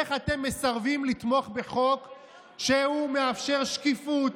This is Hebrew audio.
איך אתם מסרבים לתמוך בחוק שמאפשר שקיפות,